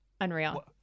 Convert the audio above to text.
Unreal